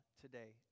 today